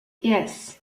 yes